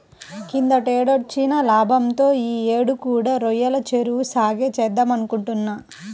కిందటేడొచ్చిన లాభంతో యీ యేడు కూడా రొయ్యల చెరువు సాగే చేద్దామనుకుంటున్నా